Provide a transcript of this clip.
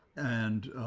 and